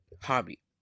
hobby